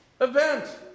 Event